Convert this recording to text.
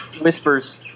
whispers